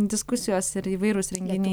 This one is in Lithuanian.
diskusijos ir įvairūs renginiai